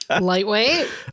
Lightweight